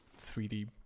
3d